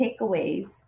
takeaways